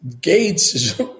Gates